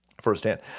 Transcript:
firsthand